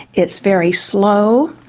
it's very slow.